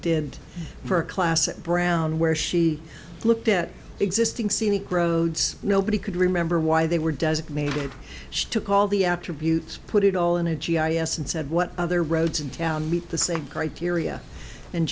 did for a class at brown where she looked at existing scenic roads nobody could remember why they were designated she took all the attributes put it all in a g i s and said what other roads in town meet the same criteria and